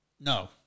No